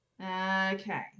Okay